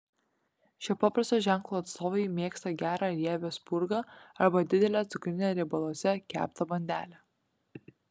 šio paprasto ženklo atstovai mėgsta gerą riebią spurgą arba didelę cukrinę riebaluose keptą bandelę